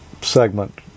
segment